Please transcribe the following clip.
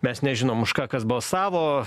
mes nežinom už ką kas balsavo